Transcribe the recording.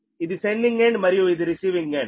ఇది sending end మరియు ఇది రిసీవింగ్ ఎండ్